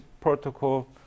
protocol